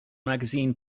magazine